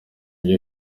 ibyo